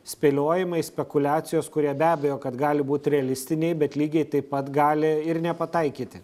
spėliojimai spekuliacijos kurie be abejo kad gali būt realistiniai bet lygiai taip pat gali ir nepataikyti